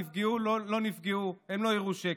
נפגעו או לא נפגעו, הם לא יראו שקל.